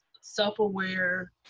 self-aware